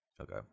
Okay